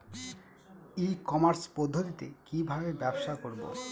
ই commerce পদ্ধতিতে কি ভাবে ব্যবসা করব?